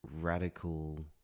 radical